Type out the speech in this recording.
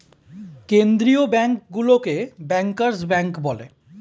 কেন্দ্রীয় ব্যাঙ্কগুলোকে bankers bank বলে